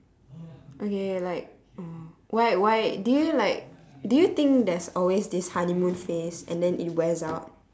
okay like oh why why do you like do you think there's always this honeymoon phase and then it wears out